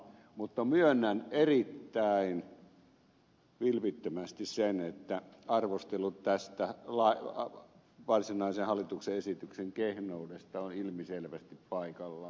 mutta myönnän erittäin vilpittömästi sen että arvostelu tästä varsinaisen hallituksen esityksen kehnoudesta on ilmiselvästi paikallaan